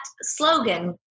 slogan